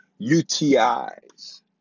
UTIs